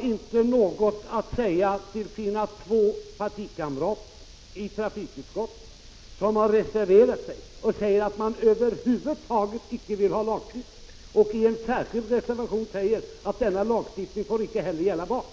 inte har något att säga till sina två partikamrater i trafikutskottet som har reserverat sig och säger att de 159 över huvud taget inte vill ha någon lagstiftning och i en särskild reservation säger att denna lagstiftning inte heller får gälla barnen.